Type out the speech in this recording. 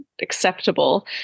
acceptable